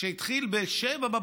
שהתחיל ב-07:00,